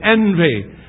envy